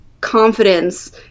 confidence